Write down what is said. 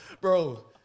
Bro